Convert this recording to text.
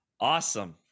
awesome